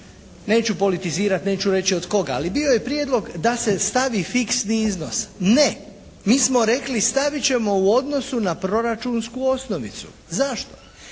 neću politizirati, neću reći od koga, ali bio je prijedlog da se stavi fiksni iznos. Ne, mi smo rekli stavit ćemo u odnosu na proračunsku osnovicu. Zašto?